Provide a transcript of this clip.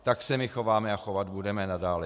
Tak se my chováme a chovat budeme nadále.